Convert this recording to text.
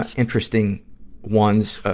ah interesting ones, ah,